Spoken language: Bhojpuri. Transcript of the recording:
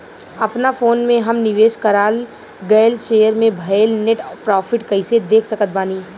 अपना फोन मे हम निवेश कराल गएल शेयर मे भएल नेट प्रॉफ़िट कइसे देख सकत बानी?